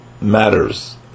Matters